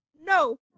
No